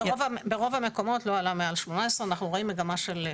ברוב המקומות לא עלה מעל 18. אנחנו רואים מגמה של הפחתה.